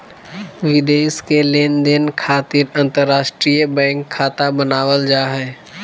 विदेश के लेनदेन खातिर अंतर्राष्ट्रीय बैंक खाता बनावल जा हय